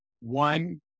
one